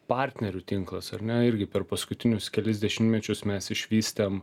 partnerių tinklas ar ne irgi per paskutinius kelis dešimtmečius mes išvystėm